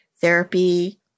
therapy